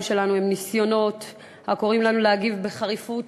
שלנו הם ניסיונות הקוראים לנו להגיב בחריפות